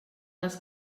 les